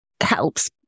helps